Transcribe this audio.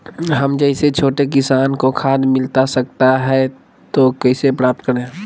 हम जैसे छोटे किसान को खाद मिलता सकता है तो कैसे प्राप्त करें?